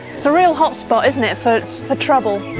so real hot spot isn't it, for ah trouble.